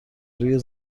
روی